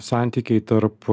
santykiai tarp